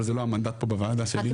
אבל זה לא המנדט פה בוועדה שלי לפחות.